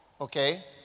okay